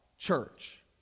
church